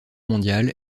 mondiale